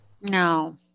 No